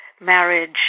marriage